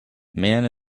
man